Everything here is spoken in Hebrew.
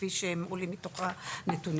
כפי שהם עולים מתוך הנתונים.